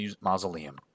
mausoleum